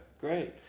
Great